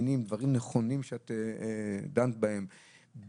דברים נכונים שאת דנת בהם,